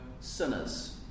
sinners